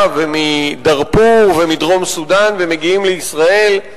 ומדארפור ומדרום סודן ומגיעים לישראל,